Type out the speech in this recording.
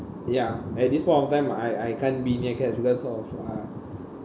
ya at this point of time I I can't be near cats because of uh